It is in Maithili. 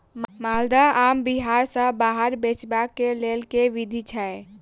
माल्दह आम बिहार सऽ बाहर बेचबाक केँ लेल केँ विधि छैय?